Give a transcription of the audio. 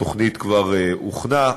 התוכנית כבר הוכנה,